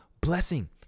blessing